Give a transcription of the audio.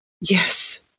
yes